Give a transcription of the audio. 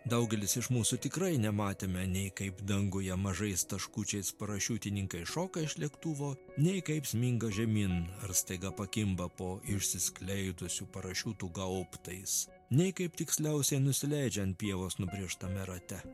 daugelis iš mūsų tikrai nematėme nei kaip danguje mažais taškučiais parašiutininkai šoka iš lėktuvo nei kaip sminga žemyn ar staiga pakimba po išsiskleidusių parašiutų gaubtais nei kaip tiksliausiai nusileidžia ant pievos nubrėžtame rate